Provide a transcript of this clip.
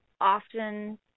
often